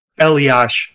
Eliash